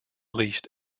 least